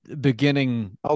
beginning